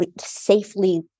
safely